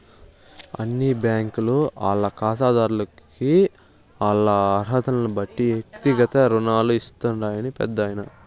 అన్ని బ్యాంకీలు ఆల్ల కాతాదార్లకి ఆల్ల అరహతల్నిబట్టి ఎక్తిగత రుణాలు ఇస్తాండాయి పెద్దాయనా